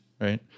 right